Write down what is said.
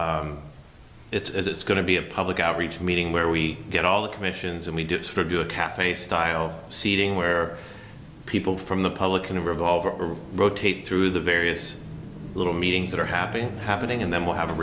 call it's going to be a public outreach meeting where we get all the commissions and we do expect to a cafe style seating where people from the public and a revolver rotate through the various little meetings that are happening happening and then we'll have a